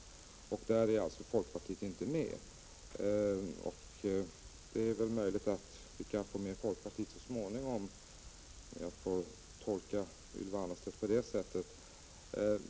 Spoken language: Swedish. Folkpartiet står inte bakom den reservationen. Möjligen kan vi få med folkpartiet så småningom, om jag får tolka Ylva Annerstedt på det sättet.